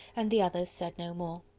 and the other said no more.